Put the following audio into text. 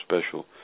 special